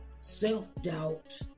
self-doubt